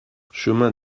chemin